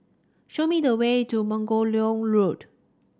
show me the way to Margoliouth Road